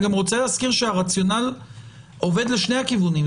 אני גם רוצה להזכיר שהרציונל עובד לשני הכיוונים.